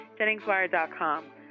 JenningsWire.com